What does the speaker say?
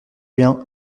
bien